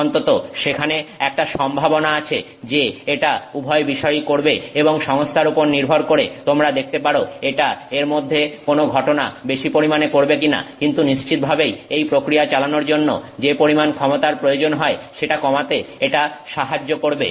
অন্তত সেখানে একটা সম্ভাবনা আছে যে এটা উভয় বিষয়ই করবে এবং সংস্থার উপর নির্ভর করে তোমরা দেখতে পারো এটা এর মধ্যে কোনো ঘটনা বেশি পরিমাণে করবে কিনা কিন্তু নিশ্চিতভাবেই এই প্রক্রিয়া চালানোর জন্য যে পরিমাণ ক্ষমতার প্রয়োজন হয় সেটা কমাতে এটা সাহায্য করবে